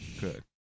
Good